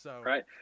Right